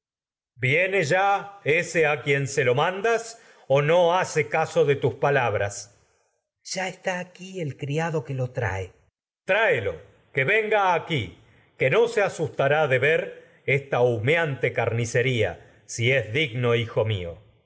hace ya ese a quien se lo mandas o no caso de palabras está tecmesa ayax esta ya aquí el criado que lo trae que no se tráelo venga aquí carnicería se asustará de ver humeante que su si es digno hijo mío